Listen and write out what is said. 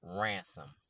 ransom